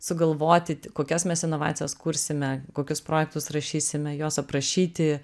sugalvoti kokias mes inovacijas kursime kokius projektus rašysime juos aprašyti